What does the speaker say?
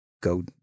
go